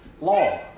law